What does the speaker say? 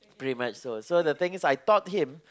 pretty much so so the thing is I taught him